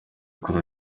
kure